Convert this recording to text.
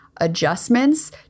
adjustments